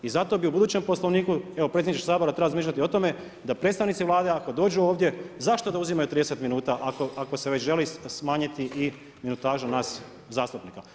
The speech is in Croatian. I zato bi i u budućem poslovnik, evo, predsjedniče Sabora treba razmišljati i o tome, da predstavnici Vlade, ako dođu ovdje, zašto da uzimaju 30 minuta, ako se već želi smanjiti i minutaže naš zastupnika.